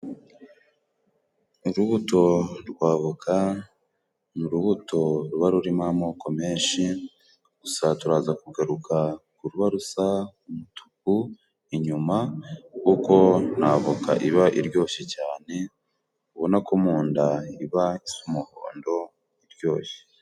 Urubuto rwabukaka ni urubuto ruba rurimo amoko menshi, gusaturaza kugaruka ku ruba rusa umutuku, inyuma kuko ntavoka iba iryoshye cyane, ubona ko mu nda ibas umuhondo iryoshye.